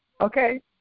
Okay